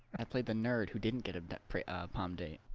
i played the nerd who didn't get him that pretty of hamdi